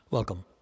Welcome